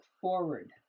forward